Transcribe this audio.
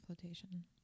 Flotation